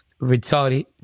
retarded